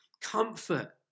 comfort